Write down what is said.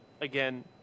Again